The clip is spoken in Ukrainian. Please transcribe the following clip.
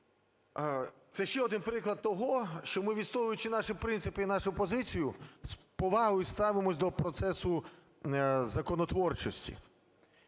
Це ще один приклад того, що ми, відстоюючи наші принципи і нашу позицію, з повагою ставимося до процесу законотворчості.